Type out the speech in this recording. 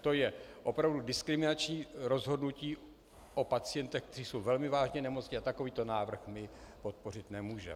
To je opravdu diskriminační rozhodnutí o pacientech, kteří jsou velmi vážně nemocní, a takovýto návrh my podpořit nemůžeme.